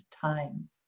time